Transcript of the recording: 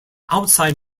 outside